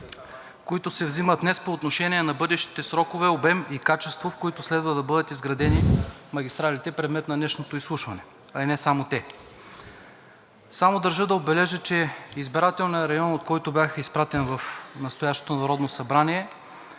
които се вземат днес по отношение на бъдещите срокове, обем и качество, в които следва да бъдат изградени магистралите, предмет на днешното изслушване, а и не само те. Държа да отбележа, че избирателният район, от който бях изпратен в